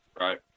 right